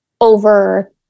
over